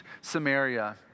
Samaria